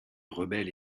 rebelle